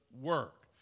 work